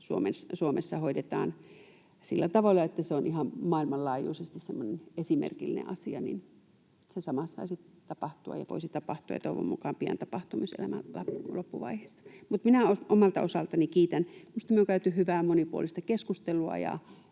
Suomessa hoidetaan sillä tavalla, että se on ihan maailmanlaajuisesti semmoinen esimerkillinen asia. Se sama saisi tapahtua ja voisi tapahtua, ja toivon mukaan pian tapahtuu, myös elämän loppuvaiheessa. Mutta minä omalta osaltani kiitän. Minusta me ollaan käyty hyvää ja monipuolista ja